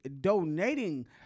donating